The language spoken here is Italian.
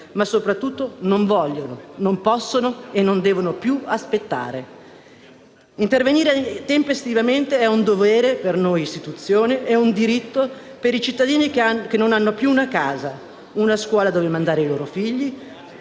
ma soprattutto non vogliono, non possono e non devono più aspettare. Intervenire tempestivamente è un dovere per noi istituzioni e un diritto per i cittadini che non hanno più una casa, una scuola dove mandare i loro figli,